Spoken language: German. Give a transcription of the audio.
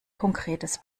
konkretes